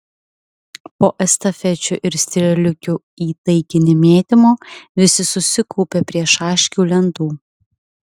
po estafečių ir strėliukių į taikinį mėtymo visi susikaupė prie šaškių lentų